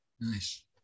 Nice